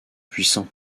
puissant